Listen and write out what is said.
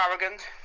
arrogant